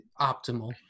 optimal